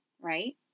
Right